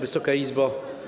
Wysoka Izbo!